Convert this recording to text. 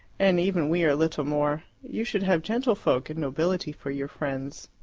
and even we are little more you should have gentlefolk and nobility for your friends.